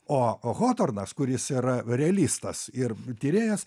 o hotornas kuris yra realistas ir tyrėjas